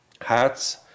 hats